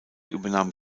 übernahm